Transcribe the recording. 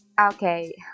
Okay